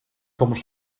comes